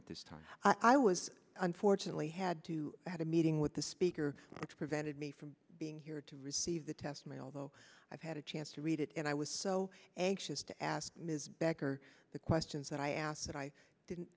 at this time i was unfortunately had to have a meeting with the speaker which prevented me from being here to receive the testimony although i've had a chance to read it and i was so anxious to ask ms becker the questions that i asked that i